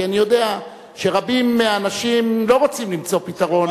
כי אני יודע שרבים מהאנשים לא רוצים למצוא פתרון,